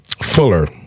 Fuller